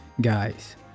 guys